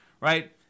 Right